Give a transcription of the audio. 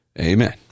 amen